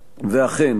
ואכן,